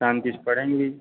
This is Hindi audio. काम किच पड़ेंगी